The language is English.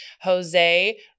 Jose